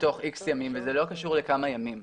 בתוך איקס ימים, וזה לא קשור לכמה ימים.